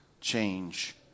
change